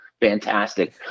fantastic